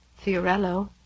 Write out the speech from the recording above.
Fiorello